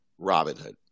Robinhood